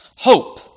Hope